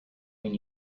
when